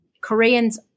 Koreans